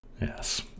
Yes